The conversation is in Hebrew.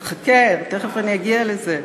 חכה, תכף אני אגיע לזה.